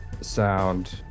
Sound